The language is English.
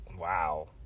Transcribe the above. wow